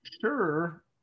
sure